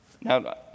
now